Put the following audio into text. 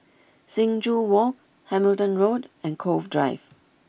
Sing Joo Walk Hamilton Road and Cove Drive